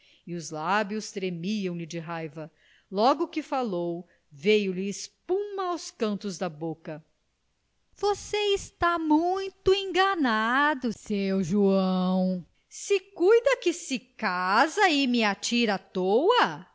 os lábios tremiam lhe de raiva logo que falou veio-lhe espuma aos cantos da boca você está muito enganado seu joão se cuida que se casa e me atira